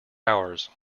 ours